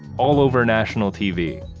all over national tv.